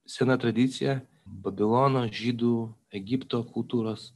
sena tradicija babilono žydų egipto kultūros